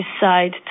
decide